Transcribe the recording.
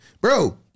Bro